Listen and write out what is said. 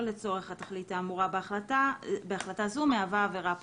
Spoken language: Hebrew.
לצורך התכלית האמורה בהחלטה זו מהווה עבירה פלילית.